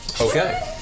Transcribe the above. Okay